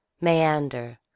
Meander